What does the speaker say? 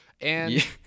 And-